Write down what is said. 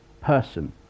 person